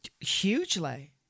hugely